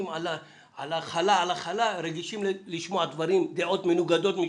על הכלה רגישים לשמוע דעות מנוגדות משלהם.